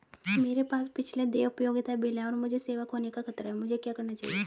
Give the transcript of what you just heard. मेरे पास पिछले देय उपयोगिता बिल हैं और मुझे सेवा खोने का खतरा है मुझे क्या करना चाहिए?